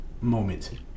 moment